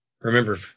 remember